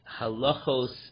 halachos